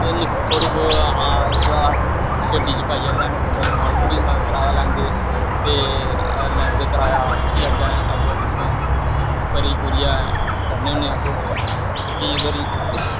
ते निक्के थोह्ड़े बहुत उद्धरा दा गड्डी च पाइयै लेआने पौंदा समान ओह् बी कराया लैंदे ते लैंदे कराया फ्ही अग्गें अग्गें पिच्छुआं करी कुरियै करने होन्ने आं अस ते केईं बारी